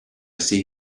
see